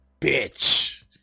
bitch